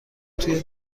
توی